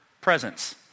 presence